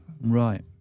Right